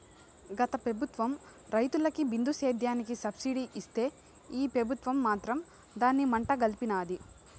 గత పెబుత్వం రైతులకి బిందు సేద్యానికి సబ్సిడీ ఇస్తే ఈ పెబుత్వం మాత్రం దాన్ని మంట గల్పినాది